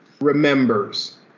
remembers